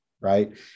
right